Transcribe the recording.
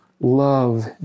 love